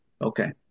Okay